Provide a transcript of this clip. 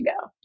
go